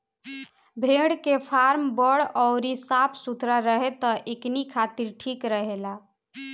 भेड़ के फार्म बड़ अउरी साफ सुथरा रहे त एकनी खातिर ठीक रहेला